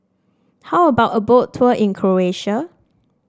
how about a Boat Tour in Croatia